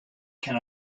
can